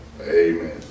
Amen